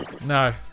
No